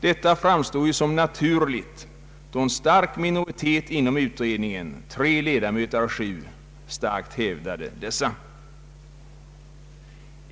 Detta framstår som naturligt, då en stark minoritet inom utredningen starkt hävdade dessa.